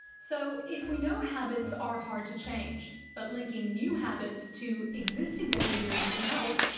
so, if we know habits are hard to change, but linking new habits to existing behaviours can help,